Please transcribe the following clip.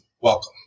welcome